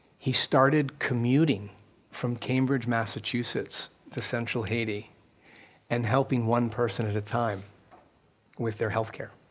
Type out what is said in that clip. he started commuting from cambridge, massachusetts to central haiti and helping one person at a time with their health care,